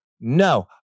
no